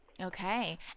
Okay